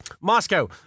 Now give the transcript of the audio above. Moscow